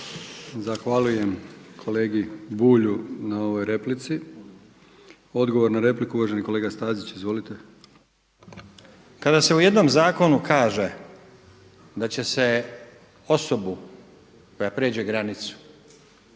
Zahvaljujem kolegi Bulju na ovoj replici. Odgovor na repliku uvaženi kolega Stazić. Izvolite. **Stazić, Nenad (SDP)** Kada se u jednom zakonu kaže da će se osobu koja prijeđe granicu